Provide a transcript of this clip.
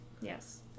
Yes